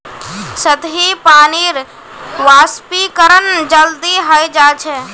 सतही पानीर वाष्पीकरण जल्दी हय जा छे